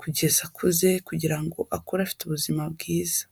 kugeza akuze kugira ngo akure afite ubuzima bwiza.